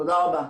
תודה רבה.